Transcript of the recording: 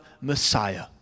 Messiah